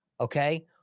Okay